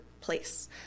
place